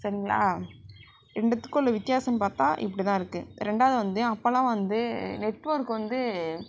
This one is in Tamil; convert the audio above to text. சரிங்களா ரெண்டுத்துக்கும் உள்ள வித்தியாசம் பார்த்தா இப்படி தான் இருக்கு ரெண்டாவது வந்து அப்போல்லாம் வந்து நெட்ஒர்க் வந்து